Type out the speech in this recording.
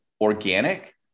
organic